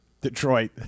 Detroit